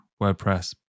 WordPress